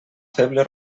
feble